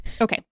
Okay